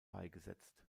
beigesetzt